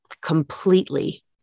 completely